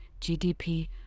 GDP